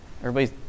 Everybody's